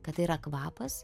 kad tai yra kvapas